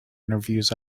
interviews